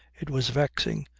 it was vexing.